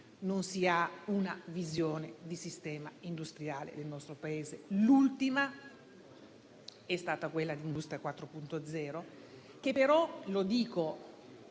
non si ha una visione di sistema industriale nel nostro Paese. L'ultima è stata quella di Industria 4.0, che però - lo dico,